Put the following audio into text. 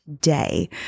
day